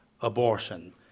abortion